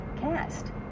cast